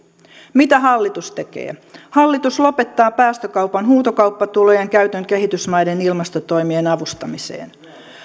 mitä hallitus tekee hallitus lopettaa päästökaupan huutokauppatulojen käytön kehitysmaiden ilmastotoimien avustamiseen